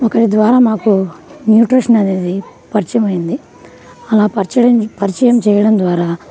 ఒకరి ద్వారా మాకు న్యూట్రిషన్ అనేది పరిచయమైంది అలా పరిచయం పరిచయం చేయడం ద్వారా